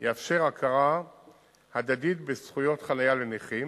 תאפשר הכרה הדדית בזכויות חנייה לנכים.